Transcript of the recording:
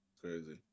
Crazy